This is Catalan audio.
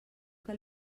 que